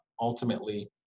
ultimately